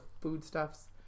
foodstuffs